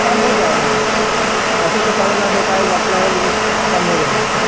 कम हो जाएगा ऐसे तो साढ़े नौ सौ का एक बाटला है लेकिन थोड़ा कम हो जाएगा कुछ